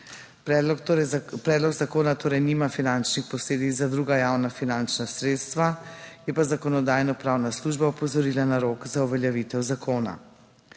Predlog zakona torej nima finančnih posledic za druga javna finančna sredstva, je pa Zakonodajno-pravna služba opozorila na rok za uveljavitev zakona.